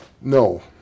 No